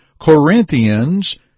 Corinthians